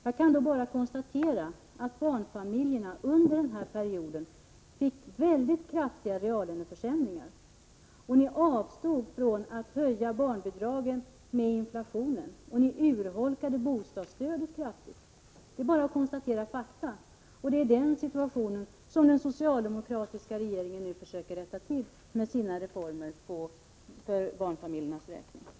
Jag kan då bara konstatera att barnfamiljerna under den perioden fick mycket kraftiga reallöneförsämringar. Ni avstod från att höja barnbidragen med inflationen, och ni urholkade bostadsstödet kraftigt. Det är bara att konstatera fakta. Det är den situationen som den socialdemokratiska regeringen nu försöker rätta till med sina reformer för barnfamiljernas räkning.